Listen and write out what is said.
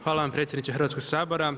Hvala vam predsjedniče Hrvatskog sabora.